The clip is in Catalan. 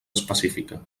específica